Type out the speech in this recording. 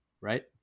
right